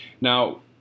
Now